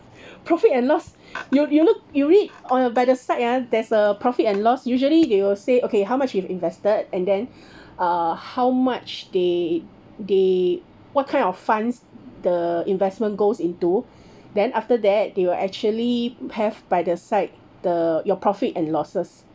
profit and loss you you look you read on by the side ah there's a profit and loss usually they will say okay how much you've invested and then uh how much they they what kind of funds the investment goes into then after that they will actually have by the side the your profits and losses